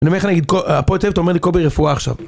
אני אומר לך נגיד, פה היטב, אתה אומר לי קובי רפואה עכשיו.